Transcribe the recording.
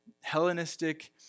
Hellenistic